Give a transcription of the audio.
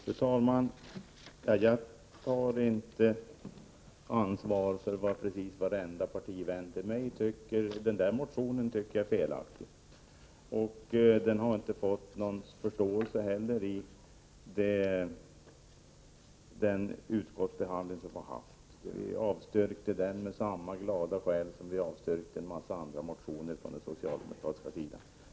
Fru talman! Jag tar inte ansvar för vad varje partivän till mig tycker. Den motion som vi nu behandlar tycker jag är felaktig. Motionen har inte heller rönt någon förståelse i utskottsbehandlingen. Utskottsmajoriteten har avstyrkt den med samma glada själ som en hel del andra motioner från den socialdemokratiska sidan.